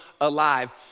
alive